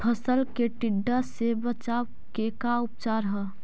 फ़सल के टिड्डा से बचाव के का उपचार है?